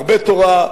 הרבה תורה,